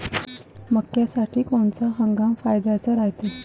मक्क्यासाठी कोनचा हंगाम फायद्याचा रायते?